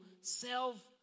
self